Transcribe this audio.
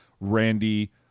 randy